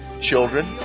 children